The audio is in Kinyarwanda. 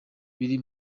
biri